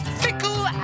fickle